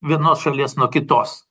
vienos šalies nuo kitos